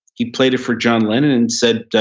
he played it for john lennon and said,